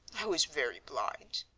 i was very blind.